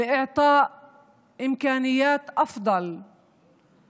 למתן אפשרויות טובות יותר